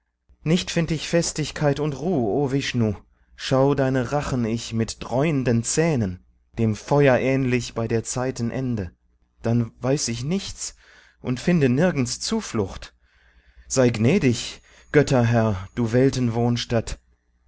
nicht find ich festigkeit und ruh o vishnu schau deine rachen ich mit dräunden zähnen dem feuer ähnlich bei der zeiten ende dann weiß ich nichts und finde nirgends zuflucht sei gnädig götterherr du